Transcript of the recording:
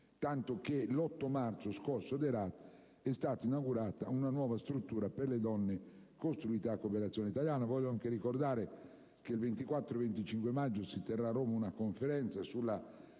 lo scorso 8 marzo ad Herat è stata inaugurata una nuova struttura per le donne costruita dalla cooperazione italiana. Voglio anche ricordare che il 24 e 25 maggio si terrà a Roma una conferenza